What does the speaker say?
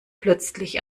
plötzlich